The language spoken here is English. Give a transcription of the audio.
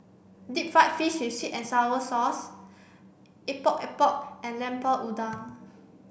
deep fried fish with sweet and sour sauce Epok Epok and Lemper Udang